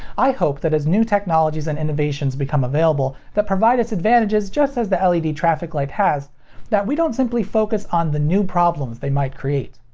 i hope that as new technologies and innovations become available that provide us advantages just as the led traffic light has that we don't simply focus on the new problems they might create.